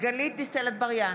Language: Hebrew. גלית דיסטל אטבריאן,